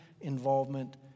involvement